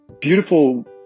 beautiful